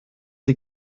die